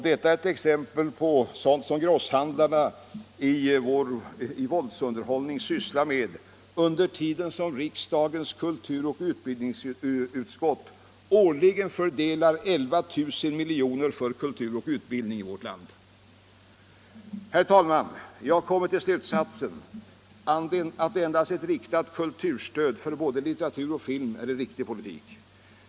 Detta är ett exempel på sådant som grosshandlarna i våldsunderhållning sysslar med under tiden som riksdagens kulturoch utbildningsutskott årligen fördelar 11 000 milj.kr. för kultur och utbildning. Herr talman! Jag kommer till slutsatsen att endast ett riktat kulturstöd för både litteratur och film är en riktig politik.